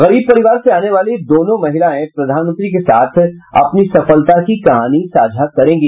गरीब परिवार से आने वाली दोनों महिलाएं प्रधानमंत्री के साथ अपनी सफलता की कहानी साझा करेंगी